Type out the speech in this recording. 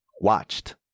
watched